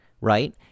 right